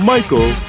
Michael